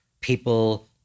people